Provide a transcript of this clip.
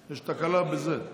יש תקלה בזה.